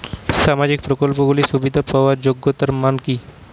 সামাজিক প্রকল্পগুলি সুবিধা পাওয়ার যোগ্যতা মান কি?